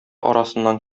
арасыннан